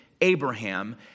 Abraham